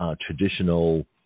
traditional –